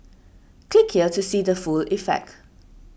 click here to see the full effect